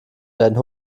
werden